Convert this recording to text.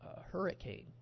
hurricane